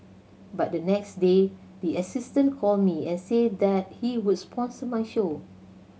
but the next day the assistant called me and said that he would sponsor my show